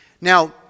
Now